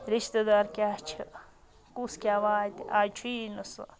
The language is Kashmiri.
رِشتہٕ دار کیٛاہ چھِ کُس کیٛاہ واتہِ آز چھُ یی نہٕ سُہ